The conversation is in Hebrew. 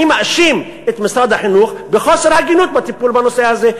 אני מאשים את משרד החינוך בחוסר הגינות בטיפול בנושא הזה.